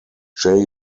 jay